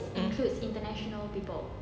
mm